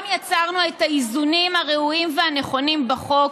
יצרנו את האיזונים הראויים והנכונים בחוק,